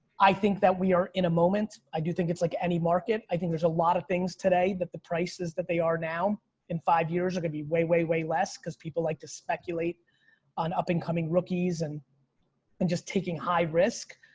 i think that we are in a moment. i do think it's like any market. i think there's a lot of things today that the prices that they are now in five years are gonna be way, way, way less cause people like to speculate on up and coming rookies and and just taking high risk.